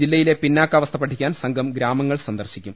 ജില്ല യിലെ പിന്നാക്കാവസ്ഥ പഠിക്കാൻ സംഘം ഗ്രാമങ്ങൾ സന്ദർശിക്കും